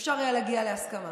אפשר היה להגיע להסכמה.